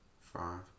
five